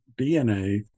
DNA